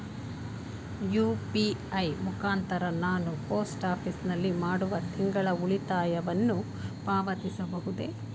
UPI ಮುಖಾಂತರ ನಾನು post office ನಲ್ಲಿ ಮಾಡುವ ತಿಂಗಳ ಉಳಿತಾಯವನ್ನು ಪಾವತಿಸಬಹುದೇ?